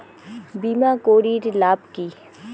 বিমা করির লাভ কি?